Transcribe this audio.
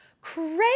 Crazy